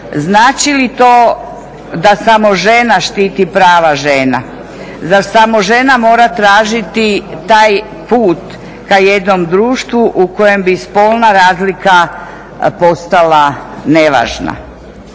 Znači li to da samo žena štiti prava žena? Zar samo žena mora tražiti taj put ka jednom društvu u kojem bi spolna razlika postala nevažna.